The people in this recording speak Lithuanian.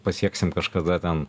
pasieksim kažkada ten